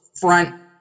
front